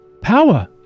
power